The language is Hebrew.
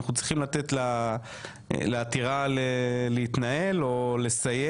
אנחנו צריכים לתת לעתירה להתנהל או לסיים